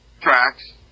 tracks